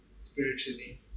spiritually